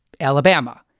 Alabama